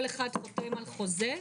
כל אחד חותם על חוזה?